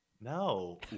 No